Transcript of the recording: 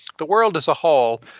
the world as a whole,